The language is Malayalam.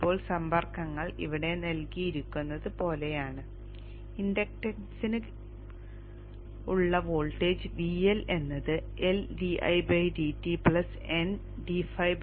ഇപ്പോൾ സമ്പർക്കങ്ങൾ ഇവിടെ നൽകിയിരിക്കുന്നത് പോലെയാണ് ഇൻഡക്റ്റൻസിലുള്ള വോൾട്ടേജ് VL എന്നത് L N ആണ്